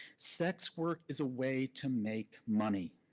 sex work is a way to make money,